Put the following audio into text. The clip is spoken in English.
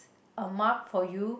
a mark for you